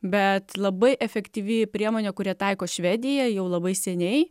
bet labai efektyvi priemonė kurią taiko švedija jau labai seniai